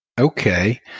Okay